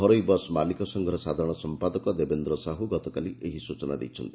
ଘରୋଇ ବସ୍ ମାଲିକ ସଂଘର ସାଧାରଣ ସମ୍ମାଦକ ଦେବେନ୍ଦ୍ର ସାହୁ ଗତକାଲି ଏହି ସୂଚନା ଦେଇଛନ୍ତି